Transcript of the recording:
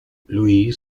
louis